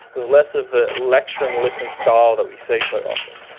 with less of the lecture-and-listen style that we see so often.